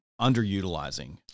underutilizing